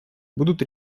будут